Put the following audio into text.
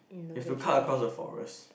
you have to cut across the forest